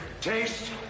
Taste